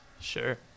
Sure